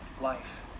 life